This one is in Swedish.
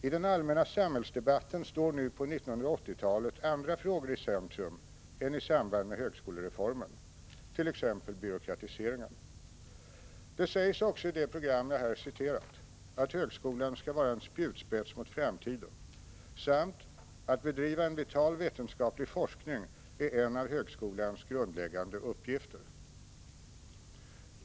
I den allmänna samhällsdebatten står nu på 1980-talet andra frågor i centrum än i samband med högskolereformen-—-- till exempel byråkratiseringen.” Det sägs också att ”högskolan ska vara en spjutspets mot framtiden” samt: ”att bedriva en vital vetenskaplig forskning är en av högskolans grundläggande uppgifter”.